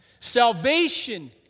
Salvation